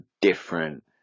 different